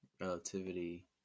relativity